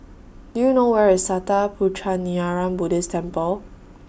Do YOU know Where IS Sattha Puchaniyaram Buddhist Temple